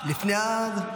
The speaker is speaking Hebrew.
יש לי הצעה.